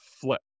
flip